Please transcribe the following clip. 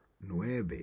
Nueve